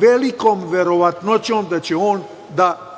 velikom verovatnoćom da će on da